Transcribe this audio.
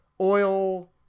oil